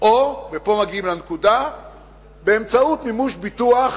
או באמצעות מימוש ביטוח